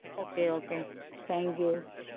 okay okay thank you